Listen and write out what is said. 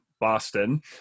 Boston